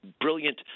brilliant